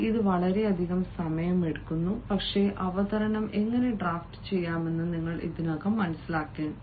ഇത് വളരെയധികം സമയമെടുക്കുന്നു പക്ഷേ അവതരണം എങ്ങനെ ഡ്രാഫ്റ്റുചെയ്യാമെന്ന് നിങ്ങൾ ഇതിനകം മനസ്സിലാക്കിയിട്ടുണ്ട്